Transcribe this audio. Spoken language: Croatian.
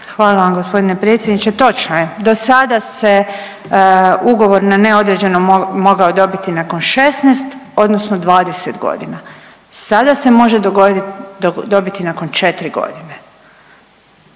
Hvala vam g. predsjedniče. Točno je do sada se ugovor na neodređeno mogao dobiti nakon 16 odnosno 20 godina, sada se može dobiti nakon četri godine,